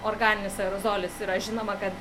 organinis aerozolis yra žinoma kad